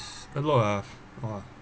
is a lot ah !wah!